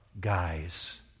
guys